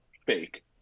fake